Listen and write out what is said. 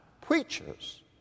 preachers